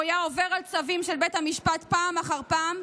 הוא היה עובר על צווים של בית המשפט פעם אחר פעם,